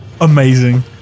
Amazing